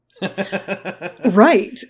right